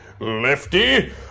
Lefty